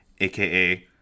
AKA